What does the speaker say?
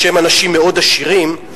שהם אנשים מאוד עשירים,